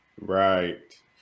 right